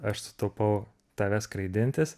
aš sutaupau tave skraidintis